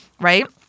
Right